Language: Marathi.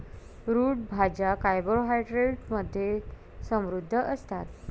रूट भाज्या कार्बोहायड्रेट्स मध्ये समृद्ध असतात